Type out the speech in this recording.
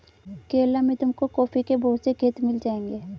केरला में तुमको कॉफी के बहुत से खेत मिल जाएंगे